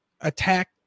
attack